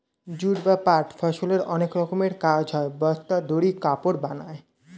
jute বা পাট ফসলের অনেক রকমের কাজ হয়, বস্তা, দড়ি, কাপড় বানায়